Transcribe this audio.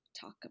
talk